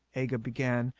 aga began,